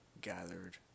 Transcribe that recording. gathered